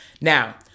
Now